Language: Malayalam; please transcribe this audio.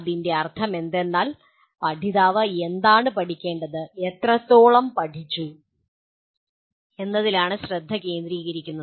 അതിന്റെ അർത്ഥമെന്തെന്നാൽ പഠിതാവ് എന്താണ് പഠിക്കേണ്ടത് എത്രത്തോളം പഠിച്ചു എന്നതിലാണ് ശ്രദ്ധ കേന്ദ്രീകരിക്കുന്നത്